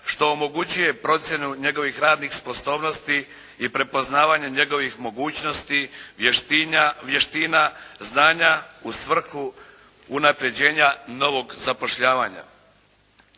što omogućuje procjenu njegovih radnih sposobnosti i prepoznavanje njegovih mogućnosti, vještina, znanja u svrhu unapređenja novog zapošljavanja.